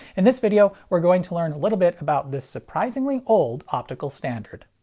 in this video, we're going to learn a little bit about this surprisingly old optical standard.